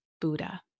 Buddha